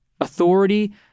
authority